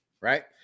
right